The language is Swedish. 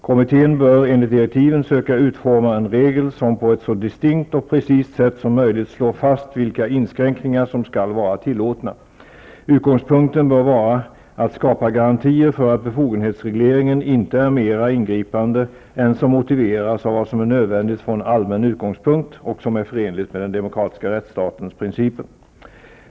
Kommitt en bör enligt direktiven söka utforma en regel som på ett så disktinkt och precist sätt som möjligt slår fast vilka inskränkningar som skall vara tillåtna. Utgångspunkten bör vara att skapa garantier för att befogenhetsregleringen inte är mer ingripande än som motiveras av vad som är nödvändigt från allmän utgångspunkt och som är förenligt med den demokratiska rättsstatens principer.